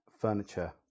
furniture